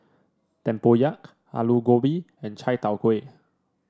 Tempoyak Aloo Gobi and Chai Tow Kuay